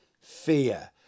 fear